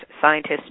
scientists